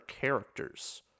characters